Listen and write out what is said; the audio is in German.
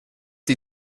die